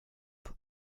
but